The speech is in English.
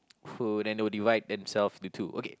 who then they will divide themself into two okay